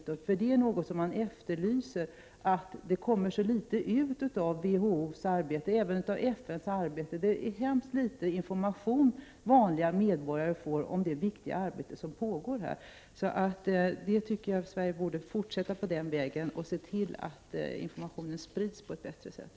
Sådant material efterlyses nämligen, eftersom så litet av WHO:s och även FN:s arbete kommer ut. Vanliga medborgare får väldigt litet information om detta viktiga arbete. Jag tycker därför att Sverige bör fortsätta på den vägen och se till att informationen sprids på ett bättre sätt.